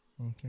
Okay